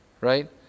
Right